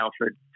Alfred